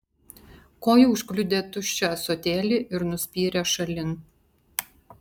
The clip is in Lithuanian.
koja užkliudė tuščią ąsotėlį ir nuspyrė šalin